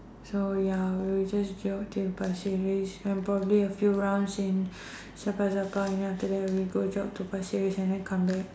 so ya I will just jog in Pasir-Ris and probably a few rounds in sun plaza park and then after that we go jog to Pasir-Ris and then come back